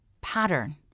pattern